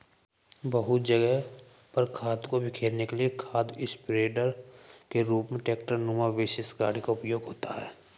बहुत जगह पर खाद को बिखेरने के लिए खाद स्प्रेडर के रूप में ट्रेक्टर नुमा विशेष गाड़ी का उपयोग होता है